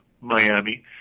miami